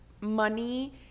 money